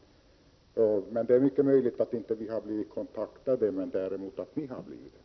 Det är dock mycket möjligt att vi inte har blivit kontaktade men att däremot ni har blivit det.